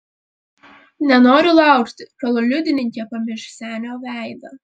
nenoriu laukti kol liudininkė pamirš senio veidą